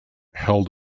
held